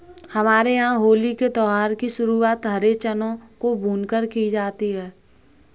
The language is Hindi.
हमारे यहां होली के त्यौहार की शुरुआत हरे चनों को भूनकर की जाती है